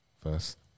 First